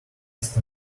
east